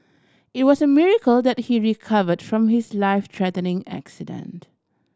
it was a miracle that he recovered from his life threatening accident